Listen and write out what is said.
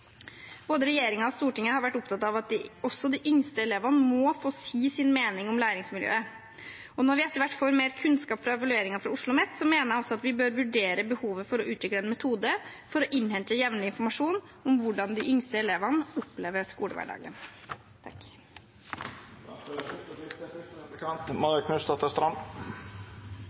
Både regjeringen og Stortinget har vært opptatt av at også de yngste elevene må få si sin mening om læringsmiljøet. Når vi etter hvert får mer kunnskap fra evalueringen fra Oslomet, mener jeg at vi også bør vurdere behovet for å utvikle en metode for å innhente jevnlig informasjon om hvordan de yngste elevene opplever skolehverdagen.